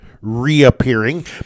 reappearing